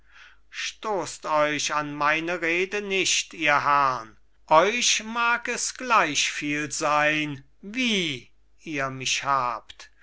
stoßt euch an meine rede nicht ihr herrn euch mag es gleichviel sein wie ihr mich habt